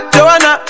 Joanna